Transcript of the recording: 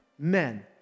Men